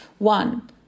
One